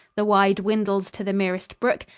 the wye dwindles to the merest brook,